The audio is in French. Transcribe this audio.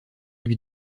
lui